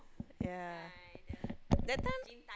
ya that time